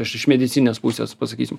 aš iš medicininės pusės pasakysiu